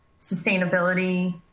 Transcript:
Sustainability